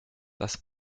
das